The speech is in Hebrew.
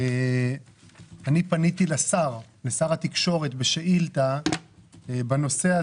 פניתי לשר התקשורת בשאילתה בנושא,